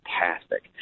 fantastic